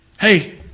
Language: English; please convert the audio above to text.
Hey